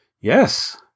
Yes